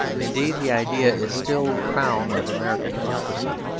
indeed, the idea is still the crown of american democracy,